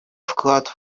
вклад